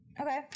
okay